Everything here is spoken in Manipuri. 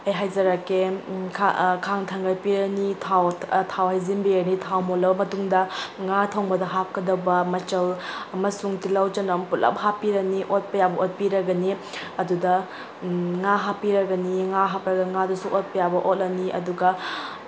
ꯑꯩ ꯍꯥꯏꯖꯔꯛꯀꯦ ꯈꯥꯡ ꯊꯥꯡꯒꯠꯄꯤꯔꯅꯤ ꯊꯥꯎ ꯍꯩꯖꯤꯟꯕꯤꯔꯅꯤ ꯊꯥꯎ ꯃꯨꯜꯂꯕ ꯃꯇꯨꯡꯗ ꯉꯥ ꯊꯣꯡꯕꯗ ꯍꯥꯞꯀꯗꯕ ꯃꯆꯜ ꯑꯃꯁꯨꯡ ꯇꯤꯜꯍꯧ ꯆꯅꯝ ꯄꯨꯂꯞ ꯍꯥꯞꯄꯤꯔꯅꯤ ꯑꯣꯠꯄ ꯌꯥꯕ ꯑꯣꯠꯄꯤꯔꯒꯅꯤ ꯑꯗꯨꯗ ꯉꯥ ꯍꯥꯞꯄꯤꯔꯒꯅꯤ ꯉꯥ ꯍꯥꯞꯄꯒ ꯉꯥꯗꯨꯁꯨ ꯑꯣꯠꯄ ꯌꯥꯕ ꯑꯣꯠꯂꯅꯤ ꯑꯗꯨꯒ